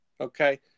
Okay